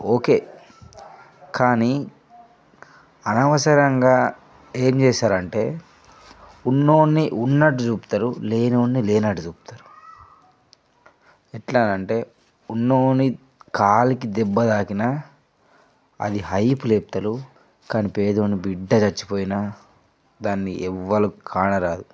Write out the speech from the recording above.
okay కానీ అనవసరంగా ఏం చేశారంటే ఉన్నోడిని ఉన్నట్టు చూపుతరు లేనోడిని లేనట్టు చూపుతారు ఎట్లా అంటే ఉన్నోన్ని కాలికి దెబ్బ తాకిన అది హైప్ లేపుతారు కానీ పేదోని బిడ్డ చచ్చిపోయిన దాన్ని ఎవ్వరు కానరారు